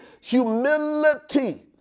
humility